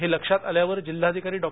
हे लक्षात आल्यावर जिल्हाधिकारी डॉ